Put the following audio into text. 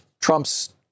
Trump's